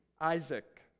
Isaac